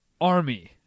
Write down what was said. army